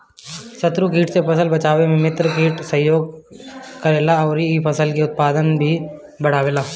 शत्रु कीट से फसल बचावे में मित्र कीट सहयोग करेला अउरी इ फसल के उत्पादन भी बढ़ावेला